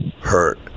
hurt